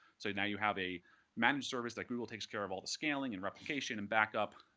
so now you have a managed service that google takes care of all the scaling, and replication, and backup,